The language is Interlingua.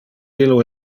illo